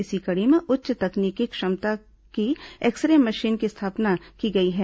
इसी कड़ी में उच्च तकनीकी क्षमता की एक्स रे मशीनों की स्थापना की गई है